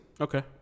Okay